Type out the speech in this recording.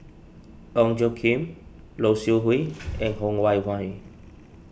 Ong Tjoe Kim Low Siew Nghee and Ho Wan Hui